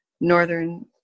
northern